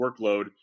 workload